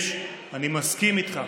יש, אני מסכים איתך,